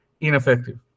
ineffective